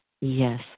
yes